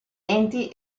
enti